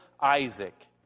Isaac